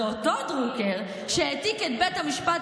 זה אותו דרוקר שהעתיק את בית המשפט